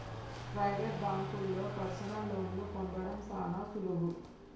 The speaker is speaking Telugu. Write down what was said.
ప్రైవేట్ బాంకుల్లో పర్సనల్ లోన్లు పొందడం సాన సులువు